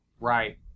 Right